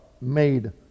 made